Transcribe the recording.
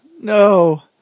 No